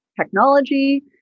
technology